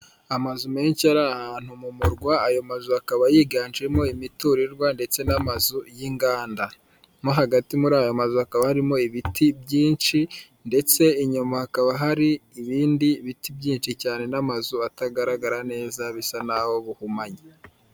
Amazu menshi ari ahantu mu murwa ayo mazu akaba yiganjemo imiturirwa ndetse n'amazu y'inganda. Mo hagati muri ayo mazu hakaba harimo ibiti byinshi ndetse inyuma hakaba hari ibindi biti byinshi cyane n'amazu atagaragara neza bisa n'aho buhumanye.